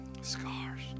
scars